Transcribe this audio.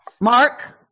Mark